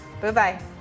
Bye-bye